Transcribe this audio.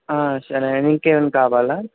సరే అండి ఇంకేమైనా కావాలా